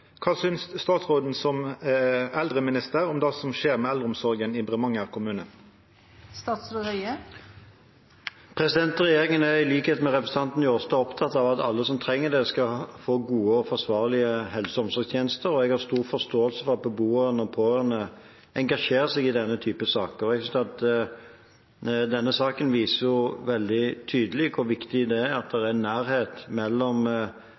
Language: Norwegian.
synes statsråden om det som skjer med eldreomsorga i Bremanger kommune?» Regjeringen er, i likhet med representanten Njåstad, opptatt av at alle som trenger det, skal få gode og forsvarlige helse- og omsorgstjenester, og jeg har stor forståelse for at beboere og pårørende engasjerer seg i denne typen saker. Jeg synes at denne saken viser veldig tydelig hvor viktig det er at det er nærhet mellom